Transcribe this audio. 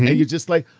and you're just like,